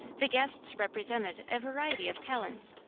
the guests represented a variety of talents.